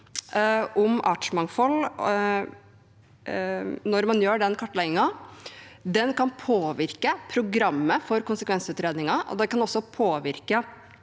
om artsmangfold når man gjør den kartleggingen, kan påvirke programmet for konsekvensutredninger, og den kan også påvirke